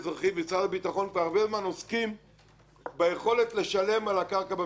ושר הביטחון כבר הרבה זמן עוסקים ביכולת לשלם על הקרקע במרחב הכפרי.